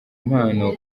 impano